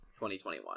2021